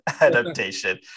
adaptation